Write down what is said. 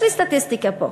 יש לי סטטיסטיקה פה.